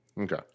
Okay